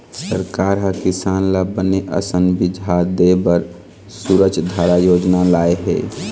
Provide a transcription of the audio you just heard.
सरकार ह किसान ल बने असन बिजहा देय बर सूरजधारा योजना लाय हे